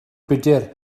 budr